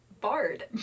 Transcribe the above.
bard